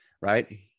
Right